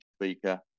speaker